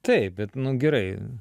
taip bet nu gerai